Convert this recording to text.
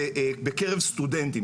בקרב סטודנטים.